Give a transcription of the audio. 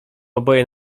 oboje